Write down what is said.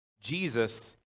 Jesus